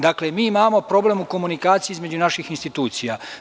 Dakle, mi imamo problem u komunikaciji između naših institucija.